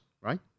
right